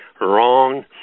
wrong